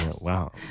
Wow